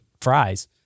fries